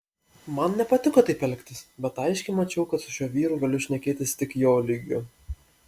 man nepatiko taip elgtis bet aiškiai mačiau kad su šiuo vyru galiu šnekėtis tik jo lygiu